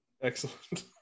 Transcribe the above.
Excellent